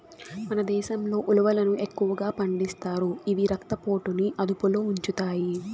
మన దేశంలో ఉలవలను ఎక్కువగా పండిస్తారు, ఇవి రక్త పోటుని అదుపులో ఉంచుతాయి